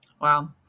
Wow